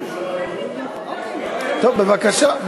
טוב, בבקשה.